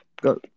Go